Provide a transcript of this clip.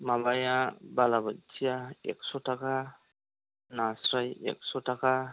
माबाया बालाबोथियाआ एक्स' थाखा नास्राय एक्स' थाखा